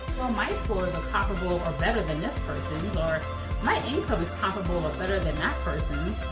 my scores are comparable or better than this persons, or my income is comparable or better than that persons.